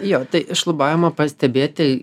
jo šlubavimą pastebėt tai